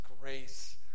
grace